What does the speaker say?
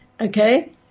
okay